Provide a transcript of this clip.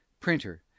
printer